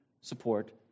support